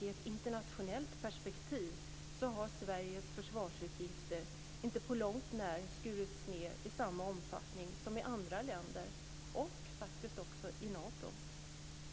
i ett internationellt perspektiv har Sveriges försvarsutgifter ännu inte på långt när skurits ned i samma omfattning som i andra länder, och också i Nato.